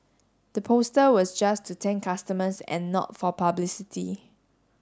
the poster was just to thank customers and not for publicity